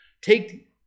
Take